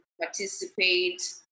participate